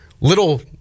little